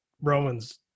Roman's